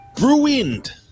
ruined